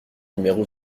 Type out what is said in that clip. numéro